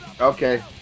Okay